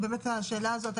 השאלה הזאת,